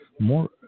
more